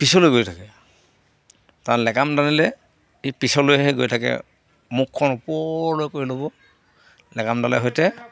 পিছলৈ গৈ থাকে তাৰ লেকাম টানিলে সি পিছলৈহে গৈ থাকে মুখখন ওপৰলৈ কৰি ল'ব লেকামডালে সৈতে